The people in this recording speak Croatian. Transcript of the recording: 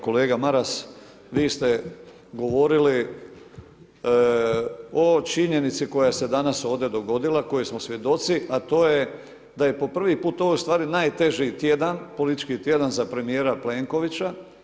Kolega Maras, vi ste govorili o činjenici koja se danas ovdje dogodila, kojoj smo svjedoci, a to je da je po prvi put ovo ustvari najteži tjedan, politički tjedan za premijera Plenkovića.